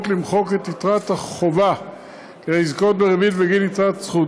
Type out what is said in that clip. למחוק את יתרת החובה כדי לזכות בריבית בגין יתרת זכות.